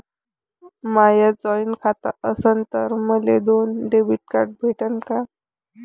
माय joint खातं असन तर मले दोन डेबिट कार्ड भेटन का?